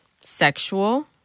sexual